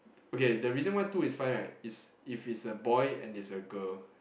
okay the reason why two is fine right is if it's a boy and it's a girl